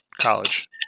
college